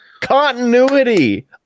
continuity